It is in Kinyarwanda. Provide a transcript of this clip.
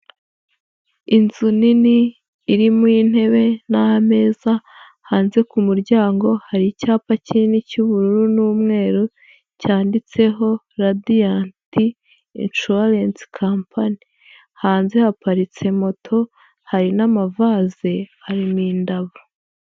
Inzu nini irimo intebe n'ameza hanze ku muryango hari icyapa kinini cy'ubururu n'umweru cyanditseho Radiyanti inshuwarensi kampani hanze haparitse moto hari n'amavase arimo indabo.